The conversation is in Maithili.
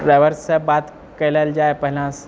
ड्राइवरसँ बात कए लेल जाए पहिने